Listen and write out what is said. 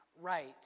right